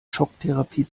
schocktherapie